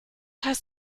heißt